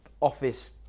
office